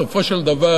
בסופו של דבר,